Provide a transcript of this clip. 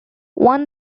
one